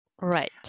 Right